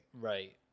Right